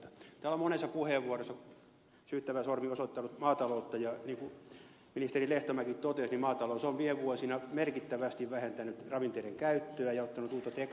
täällä on monessa puheenvuorossa syyttävä sormi osoittanut maataloutta ja niin kuin ministeri lehtomäki totesi maatalous on viime vuosina merkittävästi vähentänyt ravinteiden käyttöä ja ottanut uutta teknologiaa käyttöönsä